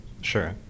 Sure